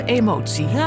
emotie